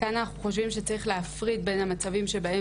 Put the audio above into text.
כאן אנחנו חושבים שצריך להפריד בין המצבים שבהם